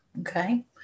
Okay